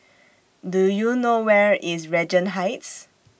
Do YOU know Where IS Regent Heights